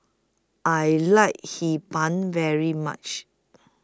I like Hee Pan very much